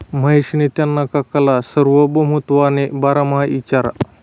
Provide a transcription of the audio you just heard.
महेशनी त्याना काकाले सार्वभौमत्वना बारामा इचारं